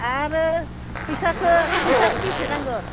आरो फैसाखो फैसाखो बेसे नांगोन